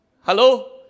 Hello